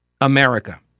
america